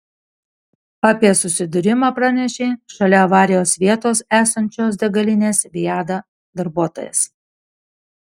apie susidūrimą pranešė šalia avarijos vietos esančios degalinės viada darbuotojas